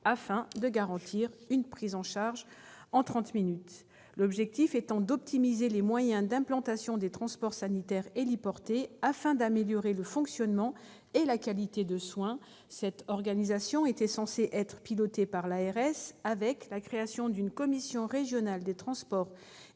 afin de garantir une prise en charge en trente minutes. L'objectif étant d'optimiser les moyens et l'implantation des transports sanitaires héliportés pour améliorer le fonctionnement et la qualité de soins, cette organisation était censée être pilotée par l'ARS grâce à la création d'une commission régionale des transports